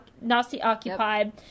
Nazi-occupied